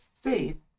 faith